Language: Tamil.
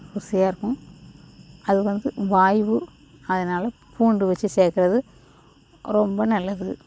ருசியாக இருக்கும் அது வந்து வாயுவு அதனால் பூண்டு வச்சு சேர்க்குறது ரொம்ப நல்லது